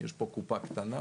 יש פה קופה קטנה,